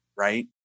Right